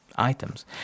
items